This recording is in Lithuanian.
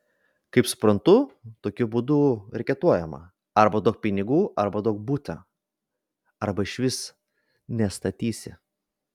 kaip suprantu tokiu būdu reketuojama arba duok pinigų arba duok butą arba išvis nestatysi